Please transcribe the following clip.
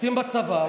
משרתים בצבא,